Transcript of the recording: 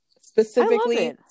Specifically